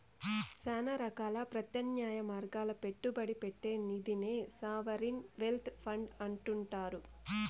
శానా రకాల ప్రత్యామ్నాయ మార్గాల్ల పెట్టుబడి పెట్టే నిదినే సావరిన్ వెల్త్ ఫండ్ అంటుండారు